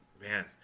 Man